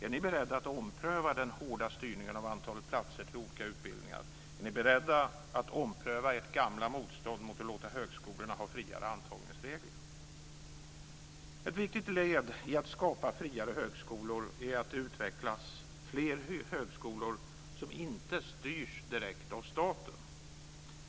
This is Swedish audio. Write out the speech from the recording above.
Är ni beredda att ompröva den hårda styrningen av antalet platser till olika utbildningar? Är ni beredda att ompröva ert gamla motstånd mot att låta högskolorna ha friare antagningsregler? Ett viktigt led i att skapa friare högskolor är att det utvecklas fler högskolor som inte styrs direkt av staten.